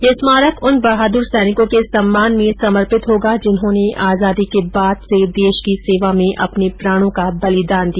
यह स्मारक उन बहादुर सैनिकों के सम्मान में समर्पित होगा जिन्होंने आजादी के बाद से देश की सेवा में अपने प्राणों का बलिदान दिया